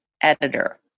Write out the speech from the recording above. editor